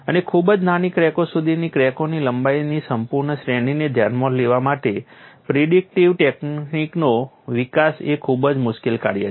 અને ખૂબ જ નાની ક્રેકો સુધીની ક્રેકોની લંબાઈની સંપૂર્ણ શ્રેણીને ધ્યાનમાં લેવા માટે પ્રિડિક્ટિવ ટેકનિકનો વિકાસ એ ખૂબ જ મુશ્કેલ કાર્ય છે